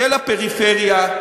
של הפריפריה,